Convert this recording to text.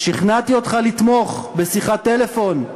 שכנעתי אותך לתמוך בשיחת טלפון,